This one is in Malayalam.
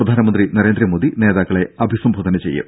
പ്രധാനമന്ത്രി നരേന്ദ്രമോദി നേതാക്കളെ അഭിസംബോധന ചെയ്യും